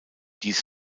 diese